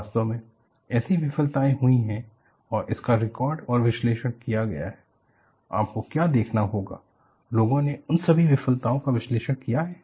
वास्तव में ऐसी विफलताएं हुई हैं और इसका रिकॉर्ड और विश्लेषण किया गया है आपको क्या देखना होगा लोगों ने उन सभी विफलताओं का विश्लेषण किया है